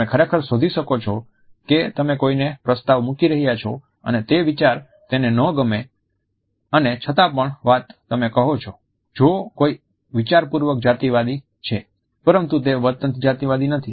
તમે ખરેખર શોધી શકો છો કે તમે કોઈને પ્રસ્તાવ મૂકી રહ્યાં છો અને તે વિચાર તેને ના ગમે અને છતાં પણ વાત તમે કહો છો જો કોઈ વિચારપૂર્વક જાતિવાદી છે પરંતુ તે વર્તનથી જાતિવાદી નથી